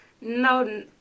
No